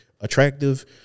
attractive